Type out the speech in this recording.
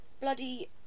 bloody